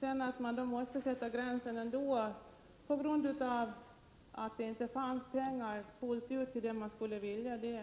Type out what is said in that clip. Att man måste sätta gränser på grund av att det inte fanns pengar fullt ut till det man skulle vilja genomföra